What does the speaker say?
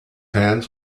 hands